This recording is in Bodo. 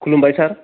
खुलुमबाय सार